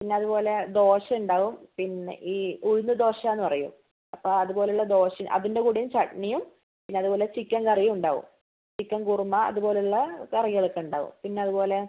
പിന്നതുപോലെ ദോശ ഉണ്ടാവും പിന്നെ ഈ ഉഴുന്ന് ദോശ എന്ന് പറയും അപ്പം അതുപോലെയുള്ള ദോശ അതിൻ്റെ കൂടെയും ചട്നിയും പിന്നെ അതുപോലെ ചിക്കൻ കറിയും ഉണ്ടാവും ചിക്കൻ കുറുമ അതുപോലെയുള്ള കറികളൊക്കെ ഉണ്ടാവും പിന്നെ അതുപോലെ